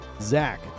Zach